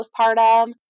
postpartum